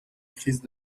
crise